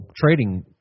trading